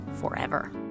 forever